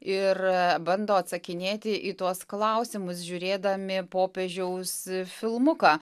ir bando atsakinėti į tuos klausimus žiūrėdami popiežiaus filmuką